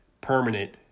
permanent